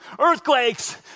earthquakes